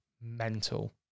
mental